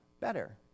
better